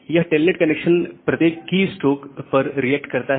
यह Telnet connection प्रत्येक key stroke पर रियेक्ट करता है